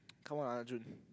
come on ah Arjun